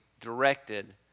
directed